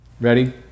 Ready